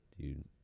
Dude